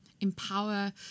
empower